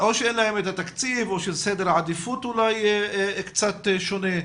או שאין להן את התקציב או שסדר העדיפות אולי קצת שונה,